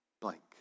blank